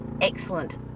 Excellent